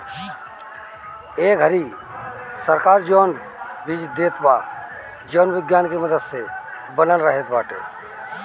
ए घरी सरकार जवन बीज देत बा जवन विज्ञान के मदद से बनल रहत बाटे